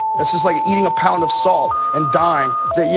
it's just like eating a pound of salt and dying. yeah,